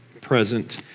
present